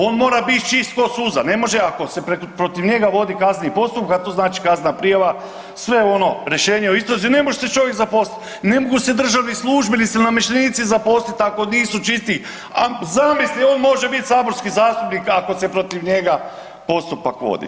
On mora biti čist k'o suza, ne može, ako se protiv njega vodi kazneni postupak, to znači kaznena prijava, sve ono, rješenje o istrazi, ne može se čovjek zaposliti, ne mogu se državni službenici ili namještenici zaposliti ako nisu čisti, a zamisli on može biti saborski zastupnik ako se protiv njega postupak vodi.